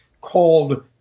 called